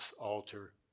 altar